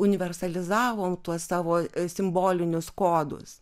universalizavom tuos savo simbolinius kodus